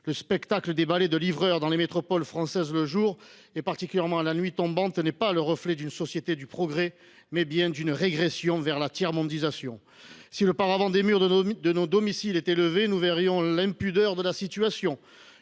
Le spectacle des ballets de livreurs dans les métropoles françaises le jour, mais surtout à la nuit tombante, est le reflet une société non pas de progrès, mais de régression vers la tiers mondisation. Si le paravent des murs de nos domiciles était levé, nous verrions l’impudeur de la situation